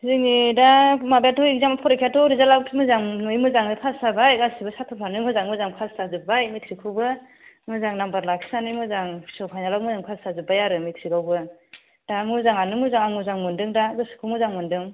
जोंनि दा माबायाथ' इकजाम परिखायाथ' रिजालाटआ मोजाङै मोजाङै पास जाबाय गासिबो साथ्र'फ्रानो मोजाङै मोजां पास जाजोब्बाय मेट्रिक खौबो मोजां नाम्बार लाखिनानै मोजां पिअ फाइनालाआवबो मोजां पास जाजोब्बाय आरो मेट्रिकआवबो दा मोजाङानो मोजां आं मोजां मोनदों दा गोसोखौ मोजां मोनदों